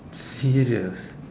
serious